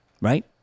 right